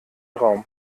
raum